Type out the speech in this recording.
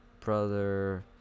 brother